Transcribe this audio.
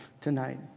tonight